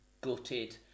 gutted